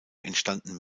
entstanden